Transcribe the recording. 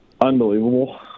Unbelievable